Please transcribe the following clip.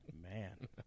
man